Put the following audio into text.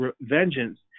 vengeance